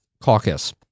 caucus